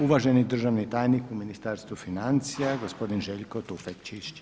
Uvaženi državni tajnik u Ministarstvu financija gospodin Željko Tufekčić.